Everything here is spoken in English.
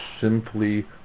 simply